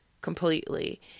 completely